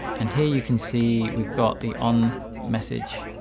and here you can see we've got the on message